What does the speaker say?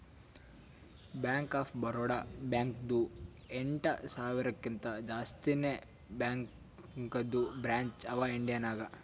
bank of Baroda ಬ್ಯಾಂಕ್ದು ಎಂಟ ಸಾವಿರಕಿಂತಾ ಜಾಸ್ತಿನೇ ಬ್ಯಾಂಕದು ಬ್ರ್ಯಾಂಚ್ ಅವಾ ಇಂಡಿಯಾ ನಾಗ್